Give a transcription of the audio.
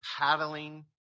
paddling